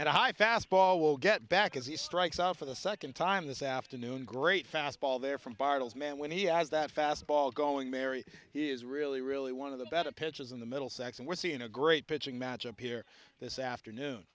and a high fastball will get back as he strikes out for the second time this afternoon great fastball there from bartels man when he has that fastball going mary he is really really one of the better pitchers in the middlesex and we're seeing a great pitching match up here this afternoon